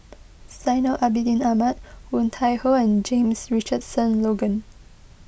Zainal Abidin Ahmad Woon Tai Ho and James Richardson Logan